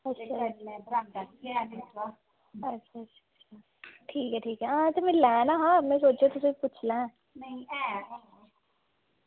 आं में लैना हा ते में सोचेआ तुसेंगी पुच्छी लें